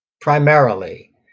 primarily